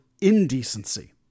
indecency